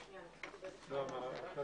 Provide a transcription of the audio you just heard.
10:01.